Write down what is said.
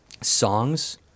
songs